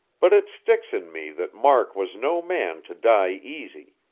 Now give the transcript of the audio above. but it sticks in me that mark was no man to die easy.